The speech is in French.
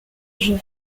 jeu